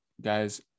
guys